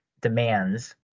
demands